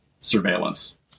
surveillance